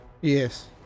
Yes